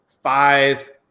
Five